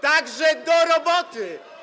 Tak że do roboty.